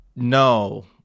No